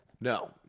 No